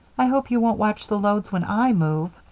i hope you won't watch the loads when i move.